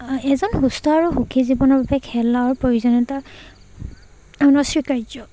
এজন সুস্থ আৰু সুখী জীৱনৰ বাবে খেলৰ প্ৰয়োজনীয়তা অনস্বীকাৰ্য